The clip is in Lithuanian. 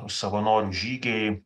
savanorių žygiai